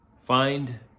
Find